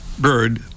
Bird